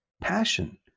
Passion